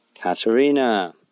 ...Katerina